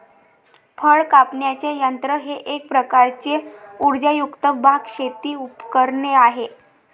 फळ कापण्याचे यंत्र हे एक प्रकारचे उर्जायुक्त बाग, शेती उपकरणे आहे